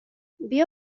بیا